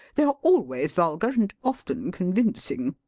they are always vulgar, and often convincing.